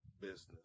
business